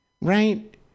Right